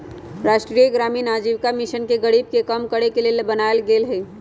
राष्ट्रीय ग्रामीण आजीविका मिशन गरीबी के कम करेके के लेल बनाएल गेल हइ